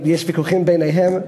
יש ויכוחים ביניהם.